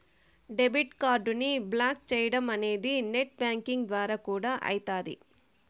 debit కార్డుని block చేయడమనేది net banking ద్వారా కూడా అయితాది